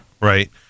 Right